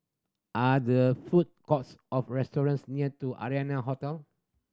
are the food courts of restaurants near to Arianna Hotel